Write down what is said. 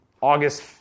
August